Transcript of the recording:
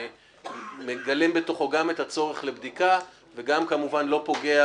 וגם כמובן לא פוגע בנושא של ההסכם עם בעלי הקרקעות.